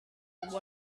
one